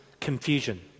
confusion